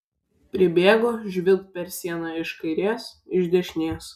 pribėgo žvilgt per sieną iš kairės iš dešinės